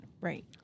Right